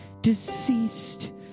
deceased